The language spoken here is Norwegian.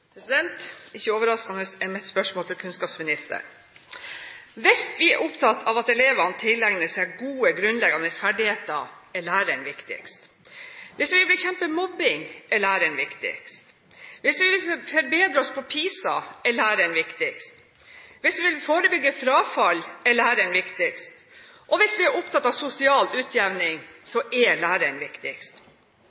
at elevene tilegner seg gode, grunnleggende ferdigheter, er læreren viktigst. Hvis vi vil bekjempe mobbing, er læreren viktigst. Hvis vi vil forbedre oss i PISA-undersøkelsene, er læreren viktigst. Hvis vi vil forebygge frafall, er læreren viktigst. Hvis vi er opptatt av sosial utjevning,